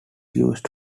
used